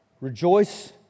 Rejoice